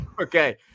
Okay